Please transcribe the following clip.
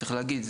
צריך להגיד.